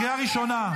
קריאה ראשונה.